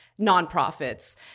nonprofits